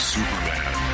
Superman